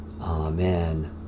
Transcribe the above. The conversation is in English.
Amen